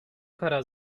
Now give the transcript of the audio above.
kara